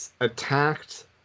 attacked